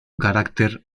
carácter